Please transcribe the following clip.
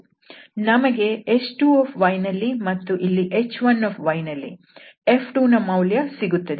ನಮಗೆ h2ನಲ್ಲಿ ಮತ್ತು ಇಲ್ಲಿ h1ನಲ್ಲಿ F2ನ ಮೌಲ್ಯ ಸಿಗುತ್ತದೆ